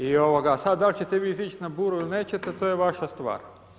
I ovoga, sad da li ćete vi izići na buru ili nećete to je vaša stvar.